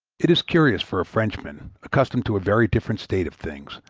it is curious for a frenchman, accustomed to a very different state of things,